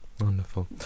Wonderful